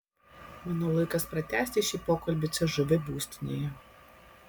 manau laikas pratęsti šį pokalbį cžv būstinėje